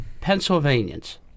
Pennsylvanians –